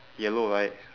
yellow right